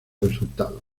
resultados